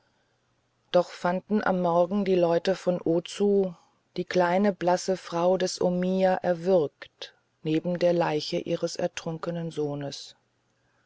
doch fanden am morgen die leute von ozu die kleine blasse frau des omiya erwürgt neben der leiche ihres ertrunkenen sohnes